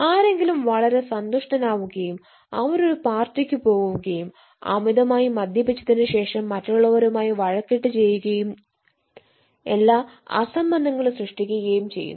ആരെങ്കിലും വളരെ സന്തുഷ്ടനാകുകയും അവർ ഒരു പാർട്ടിക്ക് പോകുകയും അമിതമായി മദ്യപിച്ചതിന് ശേഷം മറ്റുള്ളവരുമായി വഴക്കിട്ട് ചെയ്യുകയും എല്ലാ അസംബന്ധങ്ങളും സൃഷ്ടിക്കുകയും ചെയ്യുന്നു